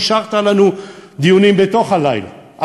אישרת לנו דיונים אל תוך הלילה,